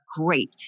Great